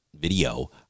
video